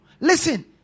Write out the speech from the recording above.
Listen